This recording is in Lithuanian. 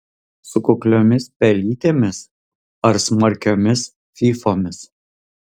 su kukliomis pelytėmis ar smarkiomis fyfomis